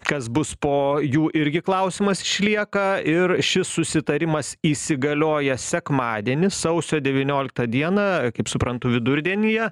kas bus po jų irgi klausimas išlieka ir šis susitarimas įsigalioja sekmadienį sausio devynioliktą dieną kaip suprantu vidurdienyje